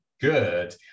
good